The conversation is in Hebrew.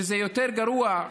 וזה יותר גרוע,